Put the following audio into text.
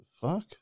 fuck